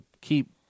keep